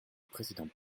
président